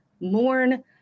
mourn